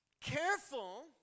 Careful